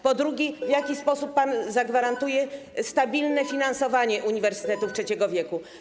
Po drugie, w jaki sposób pan zagwarantuje stabilne finansowanie uniwersytetów trzeciego wieku?